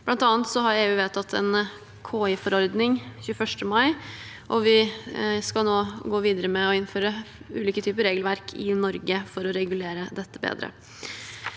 Blant annet vedtok EU en KI-forordning 21. mai, og vi skal nå gå videre med å innføre ulike typer regelverk i Norge for å regulere dette bedre.